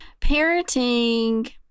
parenting